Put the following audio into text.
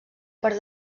per